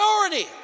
priority